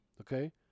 Okay